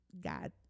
God